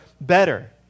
better